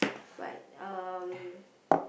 but um